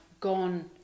gone